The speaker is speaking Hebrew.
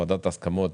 וועדת ההסכמות